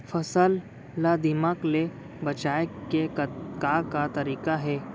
फसल ला दीमक ले बचाये के का का तरीका हे?